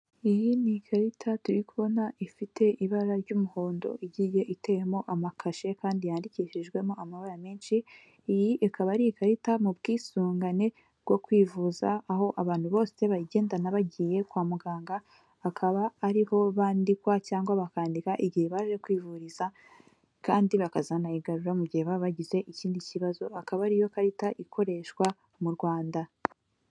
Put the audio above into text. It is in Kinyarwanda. Iyi ni ikarita turi kubona ifite ibara ry'umuhondo, igiye iteyemo amakashe kandi yandikishijwemo amabara menshi. Iyi ikaba ari ikarita mu bwisungane bwo kwivuza, aho abantu bose bayigendana bagiye kwa muganga, akaba ariho bandikwa cyangwa bakandika igihe baje kwivuriza kandi bakazanayigarura mu gihe baba bagize ikindi kibazo, akaba ariyo karita ikoreshwa mu Rwanda.